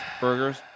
burgers